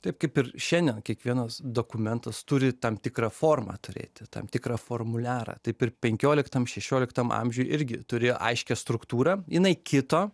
taip kaip ir šiandien kiekvienas dokumentas turi tam tikrą formą turėti tam tikrą formuliarą taip ir penkioliktam šešioliktam amžiuj irgi turi aiškią struktūrą jinai kito